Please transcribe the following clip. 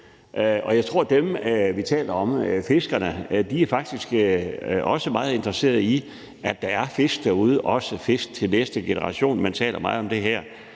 og jeg tror, at dem, vi taler om, fiskerne, faktisk også er meget interesseret i, at der er fisk derude – også fisk til næste generation. Man taler meget om det her